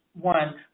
one